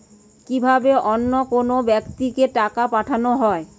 কি ভাবে অন্য কোনো ব্যাক্তিকে টাকা পাঠানো হয়?